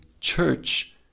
Church